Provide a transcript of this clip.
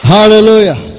Hallelujah